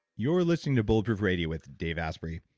you're listening to bulletproof radio with dave asprey.